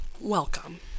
welcome